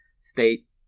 State